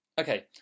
Okay